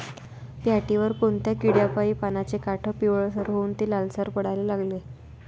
पऱ्हाटीवर कोनत्या किड्यापाई पानाचे काठं पिवळसर होऊन ते लालसर पडाले लागते?